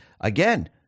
again